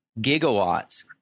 gigawatts